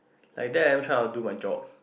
like that I am try of do my job